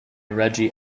reggie